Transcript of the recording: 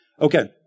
Okay